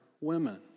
women